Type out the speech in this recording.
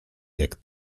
jak